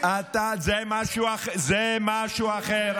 זה משהו אחר.